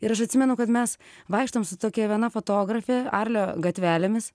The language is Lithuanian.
ir aš atsimenu kad mes vaikštom su tokia viena fotografe arlio gatvelėmis